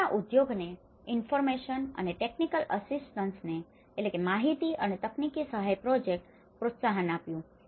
તેઓના ઉદ્યોગને ઇન્ફોર્મેશન અને ટેક્નિકલ અસિસ્ટન્સને information and the technical assistance માહિતી અને તકનીકી સહાય પ્રોજેક્ટ દ્વારા પ્રોત્સાહન આપ્યું